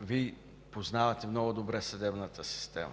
Вие познавате много добре съдебната система.